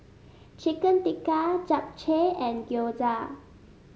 Chicken Tikka Japchae and Gyoza